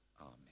Amen